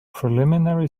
preliminary